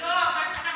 לא מבינה.